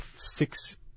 six